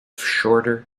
shorter